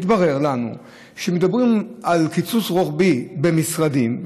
מתברר לנו שכשמדברים על קיצוץ רוחבי במשרדים,